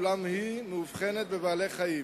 אולם היא מאובחנת בבעלי-חיים.